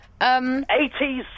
80s